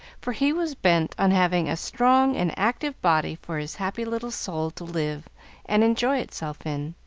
for he was bent on having a strong and active body for his happy little soul to live and enjoy itself in.